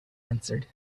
answered